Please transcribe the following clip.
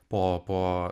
po po